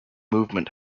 movement